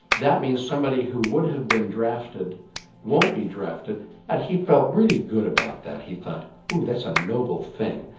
that means somebody who would have been drafted won't be drafted and he felt really good about that he thought oh that's a noble thing,